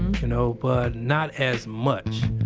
you know, but not as much,